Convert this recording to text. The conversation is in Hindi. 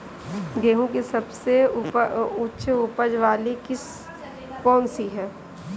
गेहूँ की सबसे उच्च उपज बाली किस्म कौनसी है?